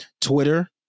Twitter